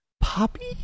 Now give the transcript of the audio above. Poppy